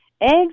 eggs